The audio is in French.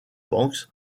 banks